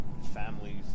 families